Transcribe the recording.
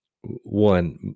one